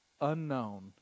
unknown